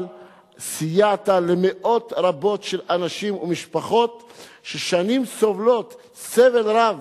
אבל סייעת למאות רבות של אנשים ומשפחות ששנים סובלות סבל רב